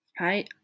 Hi